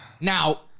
Now